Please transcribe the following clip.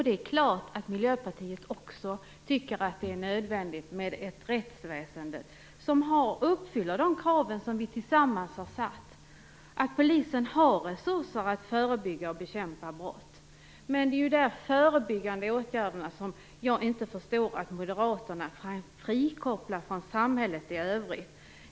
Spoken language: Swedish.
Det är klart att också Miljöpartiet tycker att det är nödvändigt med ett rättsväsende som uppfyller de krav som vi tillsammans har ställt och att polisen har resurser för att förebygga och bekämpa brott. Det är dessa förebyggande åtgärder som jag inte förstår att Moderaterna kan frikoppla från samhället i övrigt.